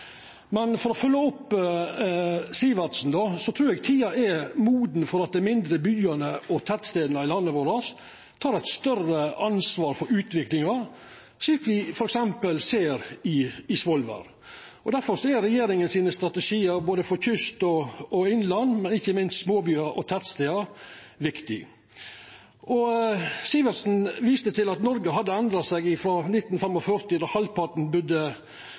Men for å følgja opp Sivertsen: Eg trur tida er moden for at dei mindre byane og tettstadene i landet vårt tek eit større ansvar for utviklinga, slik me f.eks. ser i Svolvær. Difor er dei strategiane regjeringa har for både kyst og innland og ikkje minst småbyar og tettstader, viktige. Sivertsen viste til at Noreg har endra seg frå 1945, då halvparten budde